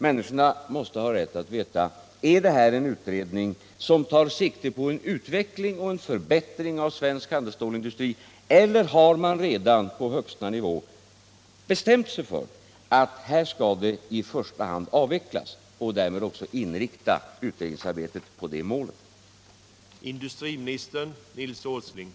Människorna måste ha rätt att få veta: Är det här en utredning som tar sikte på en utveckling och en förbättring av svensk handelsstålindustri, eller har man redan på högsta nivå bestämt sig för att här skall det i första hand avvecklas, och inriktar därmed utredningsarbetet på det målet?